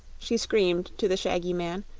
she screamed to the shaggy man.